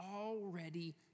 already